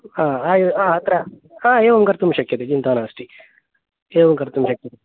हा आयो अत्र हा एवं कर्तुं शक्यते चिन्ता नास्ति एवं कर्तुं शक्यते